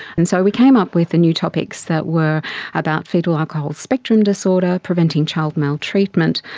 and so we came up with new topics that were about fetal alcohol spectrum disorder, preventing child maltreatment,